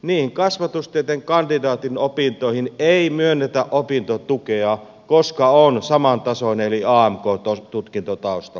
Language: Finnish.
niihin kasvatustieteen kandidaatin opintoihin ei myönnetä opintotukea koska on saman tason eli amk tutkinto taustalla